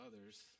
others